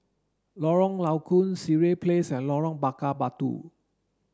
Lorong Low Koon Sireh Place and Lorong Bakar Batu